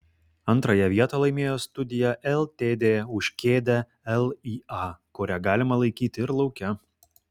antrąją vietą laimėjo studija ltd už kėdę lya kurią galima laikyti ir lauke